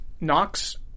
Knox